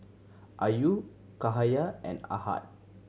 Ayu Cahaya and Ahad